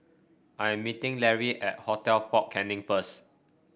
I am meeting Lary at Hotel Fort Canning first